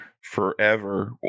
Forever